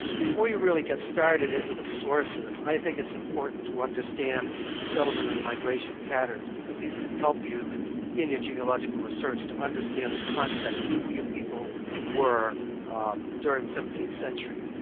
before you really get started into the sources i think it's important to understand the settlement and migration patterns because these can help you in your genealogical research to understand the context of who your people were during the seventeenth century.